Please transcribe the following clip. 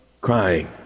crying